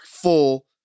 full